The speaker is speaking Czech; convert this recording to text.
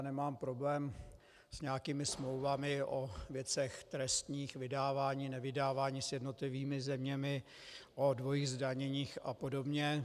Nemám problém s nějakými smlouvami o věcech trestních, vydávání, nevydávání s jednotlivými zeměmi, o dvojím zdanění a podobně.